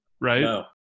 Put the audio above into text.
right